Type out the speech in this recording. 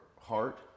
heart